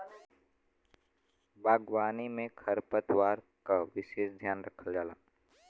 बागवानी में खरपतवार क विसेस ध्यान रखल जाला